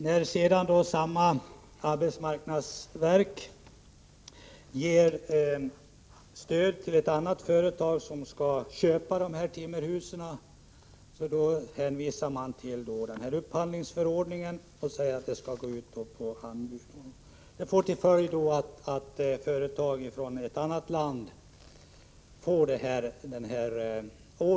När arbetsmarknadsverket sedan ger stöd till ett annat företag som skall köpa de här timmerhusen, hänvisar man till upphandlingsförordningen och säger att anbud skall lämnas. Det får till följd att ett företag i ett annat land får ordern i fråga.